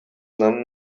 nam